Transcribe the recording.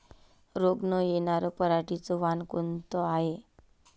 रोग न येनार पराटीचं वान कोनतं हाये?